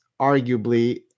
arguably